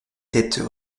têtes